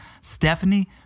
Stephanie